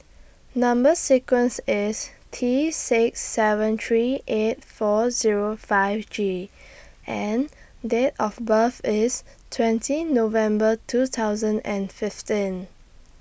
Number sequence IS T six seven three eight four Zero five G and Date of birth IS twenty November two thousand and fifteen